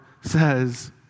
says